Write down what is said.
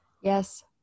Yes